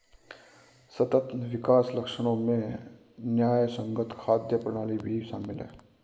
सतत विकास लक्ष्यों में न्यायसंगत खाद्य प्रणाली भी शामिल है